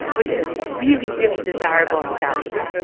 which is really, really desirable and valuable.